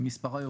במובן החלטות,